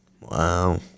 Wow